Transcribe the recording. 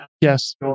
Yes